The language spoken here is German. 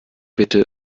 bitte